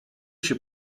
się